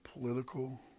political